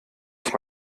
ich